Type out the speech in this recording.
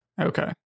Okay